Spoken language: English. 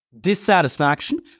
Dissatisfaction